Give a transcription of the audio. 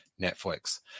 Netflix